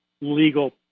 legal